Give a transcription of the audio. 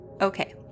Okay